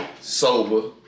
sober